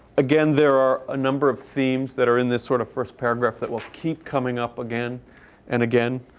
again, there are a number of themes that are in this sort of first paragraph that will keep coming up again and again.